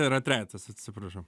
yra trejetas atsiprašau